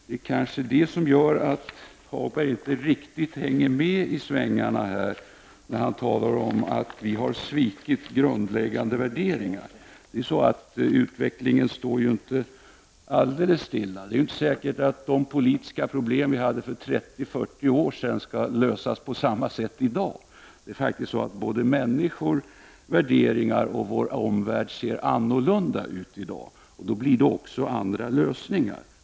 Det är kanske detta som gör att Lars-Ove Hagberg inte hänger med i svängarna riktigt. Han talar om att vi har svikit grundläggande värderingar. Utvecklingen står ju inte alldeles stilla. Det är inte säkert att de politiska problem vi hade för 30-40 år sedan skulle lösas på samma sätt i dag som då. Människor, värderingar och vår omvärld ser annorlunda ut i dag, och då måste det också bli andra lösningar.